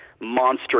monster